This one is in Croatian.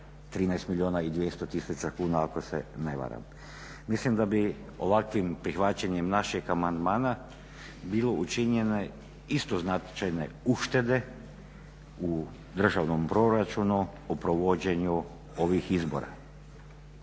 13 milijuna i 200 tisuća kuna, ako se ne varam. Mislim da bi ovakvim prihvaćanjem našeg amandmana bile učinjene isto značajne uštede u državnom proračunu u provođenju ovih izbora.